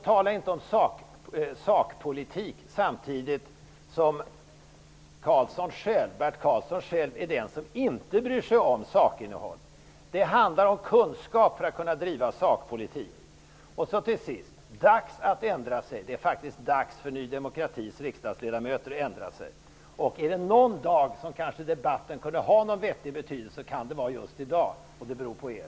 Tala inte om sakpolitik! Bert Karlsson själv är ju den som inte bryr sig om sakinnehåll. Att driva sakpolitik handlar om kunskap. Det är faktiskt dags för Ny demokratis riksdagsledamöter att ändra sig. Är det någon dag som debatten skulle kunna ha någon vettig betydelse, kan det vara just i dag. Men det beror på er.